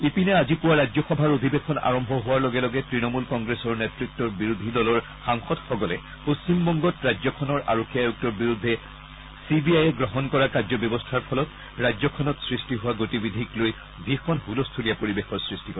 ইপিনে আজি পুৱা ৰাজ্যসভাৰ অধিৱেশন আৰম্ভ হোৱাৰ লগে লগে তৃণমূল কংগ্ৰেছৰ নেতৃত্বৰ বিৰোধী দলৰ সাংসদসকলে পশ্চিমবংগত ৰাজ্যখনৰ আৰক্ষী আয়ুক্তৰ বিৰুদ্ধে চি বি আই এ গ্ৰহণ কৰা কাৰ্যব্যৱস্থাৰ ফলত ৰাজ্যখনত সৃষ্টি হোৱা গতিবিধিক লৈ ভীষণ ছলস্থূলীয়া পৰিৱেশৰ সৃষ্টি কৰে